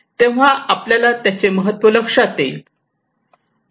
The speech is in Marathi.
तेव्हा आपल्याला त्याचे महत्त्व लक्षात येईल